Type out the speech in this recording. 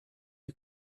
you